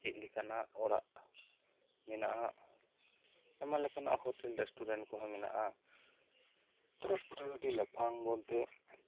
ᱪᱮᱫ ᱞᱮᱠᱟᱱᱟᱜ ᱚᱲᱟᱜ ᱢᱮᱱᱟᱜᱼᱟ ᱟᱭᱢᱟ ᱞᱮᱠᱟᱱᱟᱜ ᱦᱳᱴᱮᱞ ᱨᱮᱥᱴᱩᱨᱮᱱᱴ ᱠᱚᱦᱚᱸ ᱢᱮᱱᱟᱜᱼᱟ ᱛᱟᱨᱯᱚᱨᱮ ᱟᱹᱰᱤ ᱞᱟᱯᱷᱟᱝ ᱵᱚᱞᱛᱮ